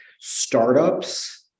startups